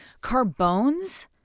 Carbone's